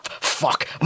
fuck